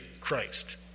Christ